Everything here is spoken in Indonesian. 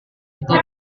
itu